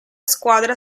squadra